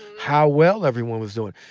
how well everyone was doing.